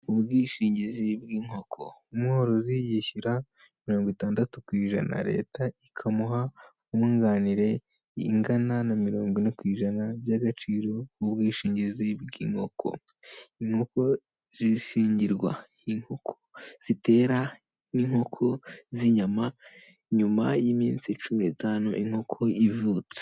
Ubwishingizi bw'inkoko. Umworozi yishyura mirongo itandatu ku ijana, leta ikamuha nkunganire ingana na mirongo ine ku ijana by'agaciro k'ubwishingizi bw'inkoko. Inkoko zishingirwa, inkoko zitera n'inkoko z'inyama, nyuma y'iminsi cumi n'itanu inkoko ivutse.